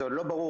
זה עוד לא ברור,